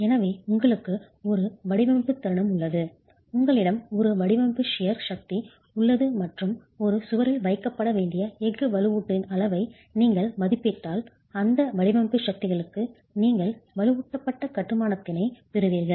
எனவே உங்களுக்கு ஒரு வடிவமைப்பு தருணம் உள்ளது உங்களிடம் ஒரு வடிவமைப்பு ஷியர் கத்தரிப்பது சக்தி உள்ளது மற்றும் ஒரு சுவரில் வைக்கப்பட வேண்டிய எஃகு வலுவூட்டலின் அளவை நீங்கள் மதிப்பிட்டால் அந்த வடிவமைப்பு சக்திகளுக்கு நீங்கள் வலுவூட்டப்பட்ட கட்டுமானத்தினை பெறுவீர்கள்